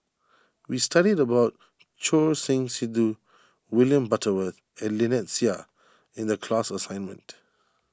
we studied about Choor Singh Sidhu William Butterworth and Lynnette Seah in the class assignment